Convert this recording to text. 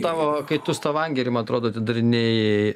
tavo kai tu stavangerį man atrodo atidarinėjai